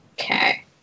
okay